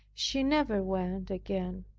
she never went again.